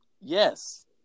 yes